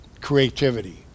creativity